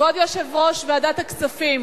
כבוד יושב-ראש ועדת הכספים